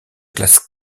classe